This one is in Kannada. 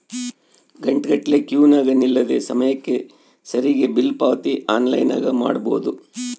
ಘಂಟೆಗಟ್ಟಲೆ ಕ್ಯೂನಗ ನಿಲ್ಲದೆ ಸಮಯಕ್ಕೆ ಸರಿಗಿ ಬಿಲ್ ಪಾವತಿ ಆನ್ಲೈನ್ನಾಗ ಮಾಡಬೊದು